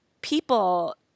people